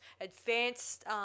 advanced